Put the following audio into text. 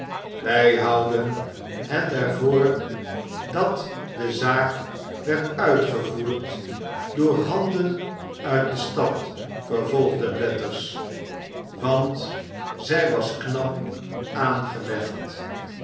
wij houden het er voor dat de zaak werd uitgevoerd door handen uit de stad vervolgde blathers want zij was knap aangelegd